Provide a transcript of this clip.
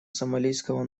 сомалийского